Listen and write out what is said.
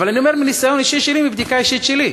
אבל אני אומר מניסיון אישי שלי, מבדיקה אישית שלי,